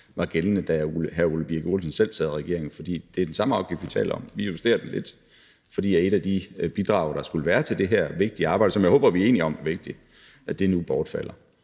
var gældende, da hr. Ole Birk Olesen selv sad i regering, for det er den samme afgift, vi taler om. Vi justerer den lidt, for et af de bidrag, der skulle være til det her vigtige arbejde, som jeg håber vi er enige om er vigtigt, nu bortfalder.